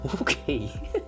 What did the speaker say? okay